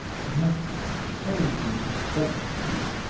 i do not tell you to vex you,